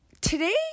Today